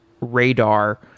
radar